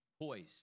poised